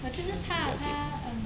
我就是怕它 um